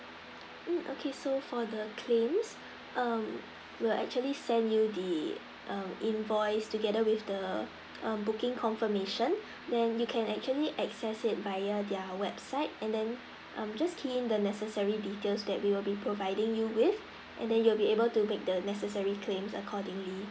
um okay so for the claims mm we'll actually send you the mm invoice together with the mm booking confirmation then you can actually access it via their website and then mm just key in the necessary details that we will be providing you with and then you'll be able to make the necessary claims accordingly